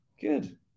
Good